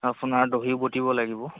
আপোনাৰ দহি বটিব লাগিব